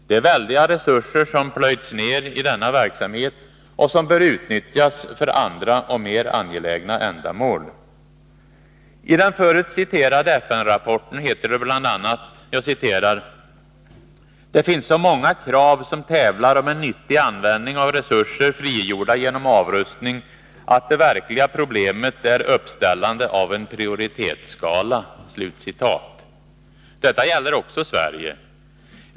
Det är väldiga resurser som har plöjts ner i denna verksamhet och som bör utnyttjas för andra och mer angelägna ändamål. I den förut citerade FN-rapporten heter det bl.a.: ”Det finns så många krav som tävlar om en nyttig användning av resurser frigjorda genom avrustning att det verkliga problemet är uppställande av en prioritetsskala.” Detta gäller också Sverige.